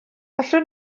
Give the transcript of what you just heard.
allwn